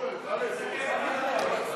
חבר הכנסת פורר צריך לסכם.